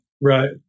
right